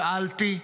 שאלתי.